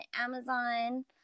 amazon